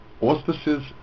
auspices